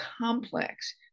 complex